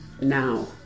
now